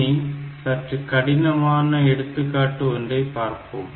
இனி சற்று கடினமான எடுத்துக்காட்டு ஒன்றை பார்ப்போம்